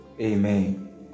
Amen